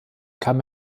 kam